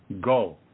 go